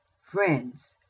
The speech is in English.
friends